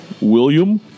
William